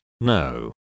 No